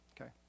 Okay